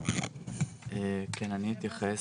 אני אתייחס.